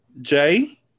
Jay